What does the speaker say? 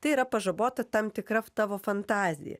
tai yra pažabota tam tikra tavo fantazija